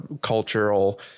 cultural